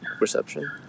reception